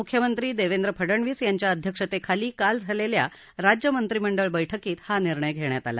मुख्यमंत्री देवेंद्र फडणवीस यांच्या अध्यक्षतेखाली काल झालेल्या राज्य मंत्रिमंडळ बैठकीत हा निर्णय घेण्यात आला